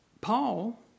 Paul